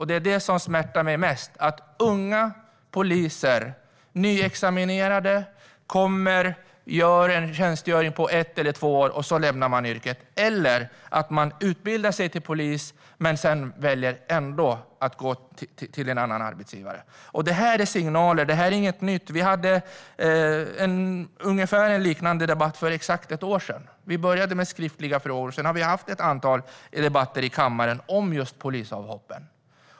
Det som smärtar mig mest är dock att unga, nyutexaminerade poliser tjänstgör i ett eller två år och sedan lämnar yrket. Det kan också vara på det sättet att man utbildar sig till polis men ändå väljer att gå till en annan arbetsgivare. Det är signaler. Det är inget nytt. Vi hade en liknande debatt för exakt ett år sedan. Vi började med skriftliga prov. Sedan har vi haft ett antal debatter i kammaren om just polisavhoppen.